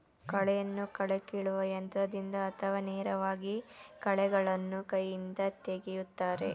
ಕಳೆಯನ್ನು ಕಳೆ ಕೀಲುವ ಯಂತ್ರದಿಂದ ಅಥವಾ ನೇರವಾಗಿ ಕಳೆಗಳನ್ನು ಕೈಯಿಂದ ತೆಗೆಯುತ್ತಾರೆ